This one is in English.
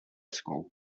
school